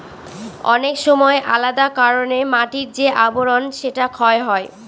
অনেক সময় আলাদা কারনে মাটির যে আবরন সেটা ক্ষয় হয়